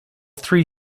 three